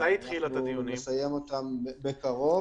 אנחנו נסיים אותם בקרוב.